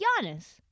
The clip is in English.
Giannis